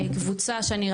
קבוצה שאני,